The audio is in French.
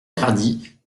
tardy